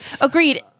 agreed